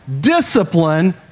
discipline